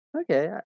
Okay